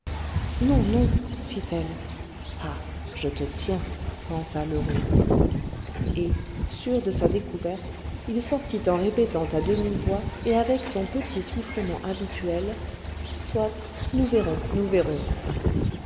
non non fit-elle ah je te tiens pensa lheureux et sûr de sa découverte il sortit en répétant à demi-voix et avec son petit sifflement habituel soit nous verrons nous verrons